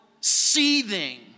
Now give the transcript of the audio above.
seething